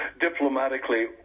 diplomatically